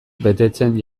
betetzen